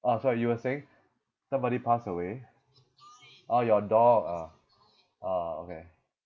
ah sorry you were saying somebody passed away orh your dog ah ah okay